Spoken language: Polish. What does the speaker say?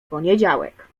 poniedziałek